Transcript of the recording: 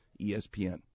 ESPN